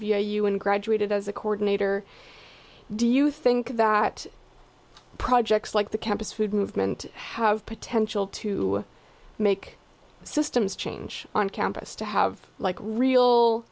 via you and graduated as a coordinator do you think that projects like the campus food movement have potential to make systems change on campus to have like real